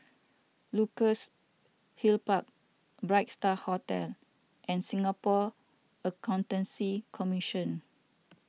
Luxus Hill Park Bright Star Hotel and Singapore Accountancy Commission